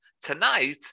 tonight